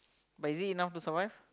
but is it enough to survive